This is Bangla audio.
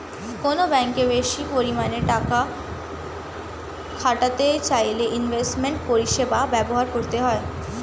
কোনো ব্যাঙ্কে বেশি পরিমাণে টাকা খাটাতে চাইলে ইনভেস্টমেন্ট পরিষেবা ব্যবহার করতে হবে